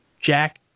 Jack